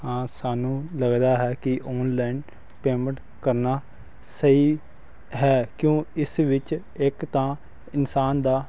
ਹਾਂ ਸਾਨੂੰ ਲੱਗਦਾ ਹੈ ਕਿ ਆਨਲਾਈਨ ਪੇਮੈਂਟ ਕਰਨਾ ਸਹੀ ਹੈ ਕਿਉਂ ਇਸ ਵਿੱਚ ਇੱਕ ਤਾਂ ਇਨਸਾਨ ਦਾ